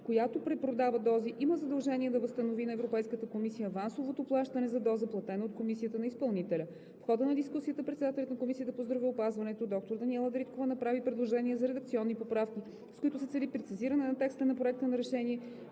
която препродава дози, има задължение да възстанови на Европейската комисия авансовото плащане за доза, платена от Комисията на изпълнителя. В хода на дискусията председателят на Комисията по здравеопазването доктор Даниела Дариткова направи предложения за редакционни поправки, с които се цели прецизиране на текста на Проекта на решение,